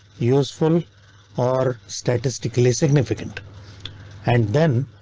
useful or statistically significant and then.